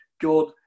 God